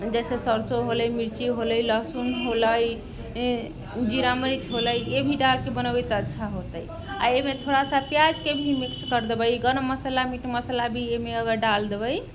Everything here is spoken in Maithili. जैसे सरसो होलै मिर्ची होलै लहसुन होलै जीरा मरीच होलै ई भी डालके बनेबै तऽ अच्छा होतै आओर एहिमे थोड़ा सा प्याजके भी मिक्स कर देबै गरम मसाला मीट मसाला भी अगर अइमे डालि देबै